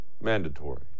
mandatory